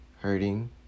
hurting